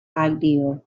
idea